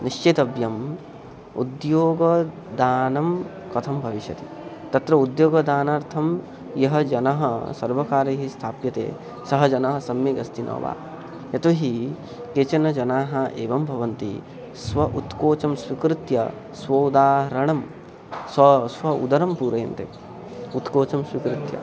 निश्चितव्यम् उद्योगदानं कथं भविष्यति तत्र उद्योगदानार्थं यः जनः सर्वकारैः स्थाप्यते सः जनाः सम्यगस्ति न वा यतो हि केचन जनाः एवं भवन्ति स्व उत्कोचं स्वीकृत्य स्वोदाहरणं स्व स्व उदरं पूरयन्ते उत्कोचं स्वीकृत्य